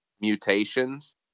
mutations